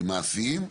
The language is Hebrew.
מעשיים.